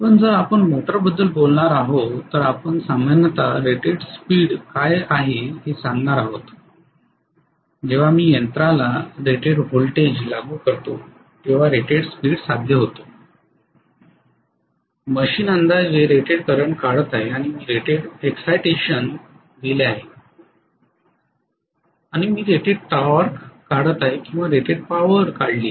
पण जर आपण मोटरबद्दल बोलणार आहोत तर आपण सामान्यतः रेटेड स्पीड काय आहे हे सांगणार आहोत जेव्हा मी यंत्राला रेटेड व्होल्टेज लागू करतो तेव्हा रेटेड स्पीड साध्य होतो मशीन अंदाजे रेटेड करंट काढत आहे आणि मी रेटेड इक्साइटेशन दिले आहे आणि मी रेटेड टॉर्क काढत आहे किंवा रेटेड पॉवर काढली आहे